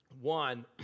One